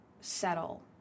settle